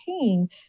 pain